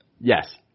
Yes